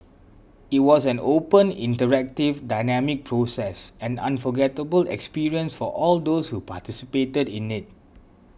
it was an open interactive dynamic process an unforgettable experience for all those who participated in it